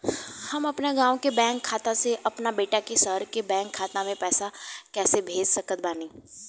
हम अपना गाँव के बैंक खाता से अपना बेटा के शहर के बैंक खाता मे पैसा कैसे भेज सकत बानी?